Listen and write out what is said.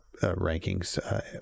Rankings